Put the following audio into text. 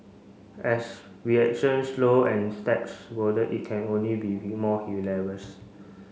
as reactions slow and steps it can only be more hilarious